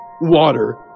Water